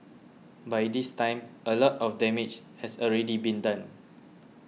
by this time a lot of damage has already been done